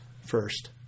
first